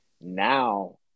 Now